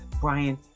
Brian